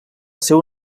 seu